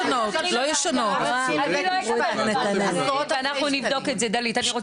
אנחנו נבדוק את זה, דלית.